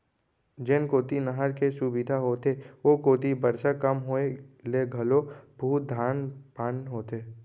जेन कोती नहर के सुबिधा होथे ओ कोती बरसा कम होए ले घलो बहुते धान पान होथे